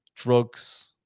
Drugs